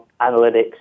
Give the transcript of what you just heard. analytics